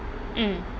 mm